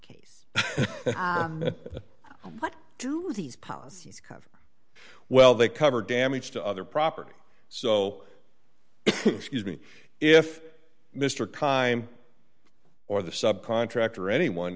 ace what do these policies cover well they cover damage to other property so excuse me if mr crime or the sub contractor or anyone